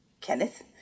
Kenneth